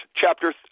chapter